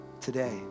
today